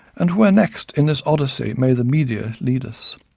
and where next in this odyssey may the media lead us?